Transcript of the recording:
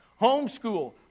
Homeschool